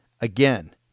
Again